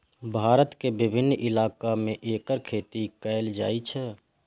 भारत के विभिन्न इलाका मे एकर खेती कैल जाइ छै